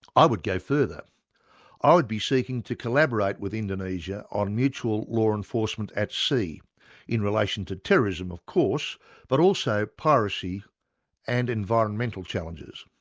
i would go further ah i would be seeking to collaborate with indonesia on mutual law enforcement at sea in relation to terrorism of course but also piracy and environmental challenges.